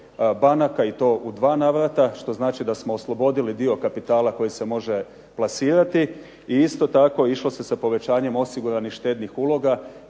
i to u dva navrata što znači da smo oslobodili dio kapitala koji se može plasirati i isto tako išlo se sa povećanjem osiguranih štednih uloga